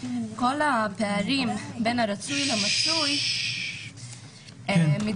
כל הפערים בין הרצוי למצוי מתגברים.